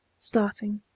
starting,